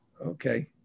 Okay